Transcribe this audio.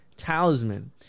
Talisman